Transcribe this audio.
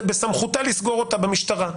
בסמכותה לסגור אותה במשטרה.